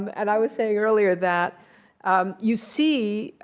and i was saying earlier that you see